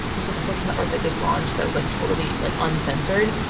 there's like a social network that just launched that was like totally like uncensored.